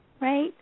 right